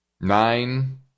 nine